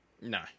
no